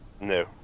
No